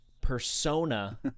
persona